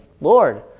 Lord